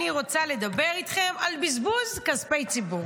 אני רוצה לדבר איתכם על בזבוז כספי ציבור.